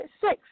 six